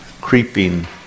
creeping